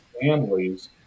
families